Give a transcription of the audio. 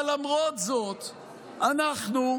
אבל למרות זאת אנחנו,